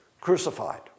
crucified